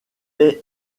est